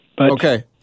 okay